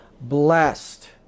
blessed